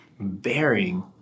bearing